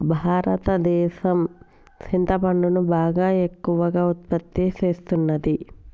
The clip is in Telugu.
భారతదేసం సింతపండును బాగా ఎక్కువగా ఉత్పత్తి సేస్తున్నది